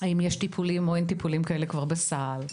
האם כבר יש טיפולים כאלה בסל,